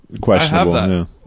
questionable